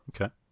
Okay